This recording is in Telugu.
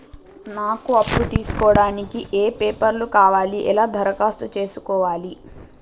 నాకు అప్పు తీసుకోవడానికి ఏ పేపర్లు కావాలి ఎలా దరఖాస్తు చేసుకోవాలి?